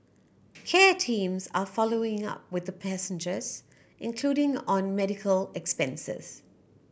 care teams are following up with the passengers including on medical expenses